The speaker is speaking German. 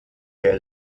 der